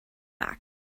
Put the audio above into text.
back